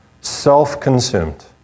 self-consumed